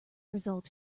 result